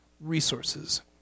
resources